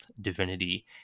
divinity